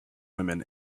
women